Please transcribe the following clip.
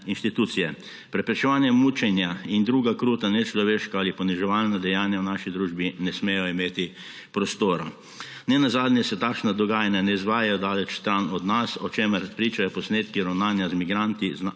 inštitucije. Mučenja in druga kruta, nečloveška ali poniževalna dejanja v naši družbi ne smejo imeti prostora. Ne nazadnje se takšna dogajanja ne izvajajo daleč stran od nas, o čemer pričajo posnetki ravnanja naše